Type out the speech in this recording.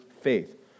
faith